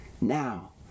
now